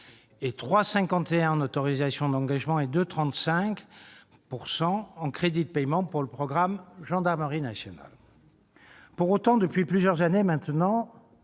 à 3,51 % en autorisations d'engagement et à 2,35 % en crédits de paiement pour le programme « Gendarmerie nationale ». Pour autant, depuis plusieurs années maintenant,